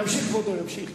ימשיך כבודו, ימשיך.